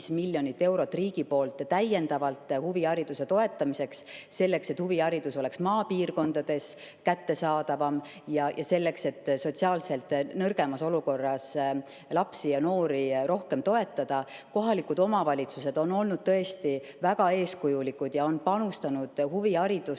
miljonit eurot riigilt täiendavalt huvihariduse toetamiseks, selleks et huviharidus oleks maapiirkondades kättesaadavam ja selleks et sotsiaalselt nõrgemas olukorras lapsi ja noori rohkem toetada. Kohalikud omavalitsused on olnud tõesti väga eeskujulikud ja on panustanud huviharidusse